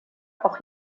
auch